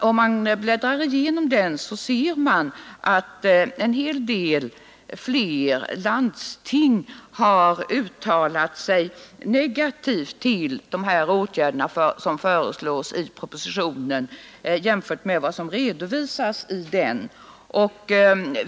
Om man bläddrar igenom den finner man att betydligt fler landsting har uttalat sig negativt till de åtgärder som föreslås i propositionen än som redovisas i densamma.